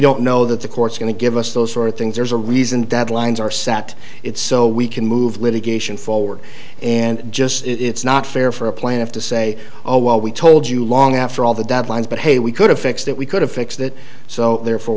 don't know that the court's going to give us those sort of things there's a reason deadlines are sat it's so we can move litigation forward and just it's not fair for a plan have to say oh well we told you long after all the deadlines but hey we could have fixed it we could have fixed it so therefore